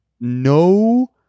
no